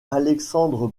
alexandre